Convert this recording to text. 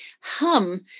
hum